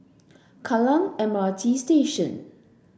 Kallang M R T Station